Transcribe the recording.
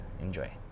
Enjoy